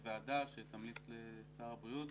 יש ועדה שתמליץ לשר הבריאות.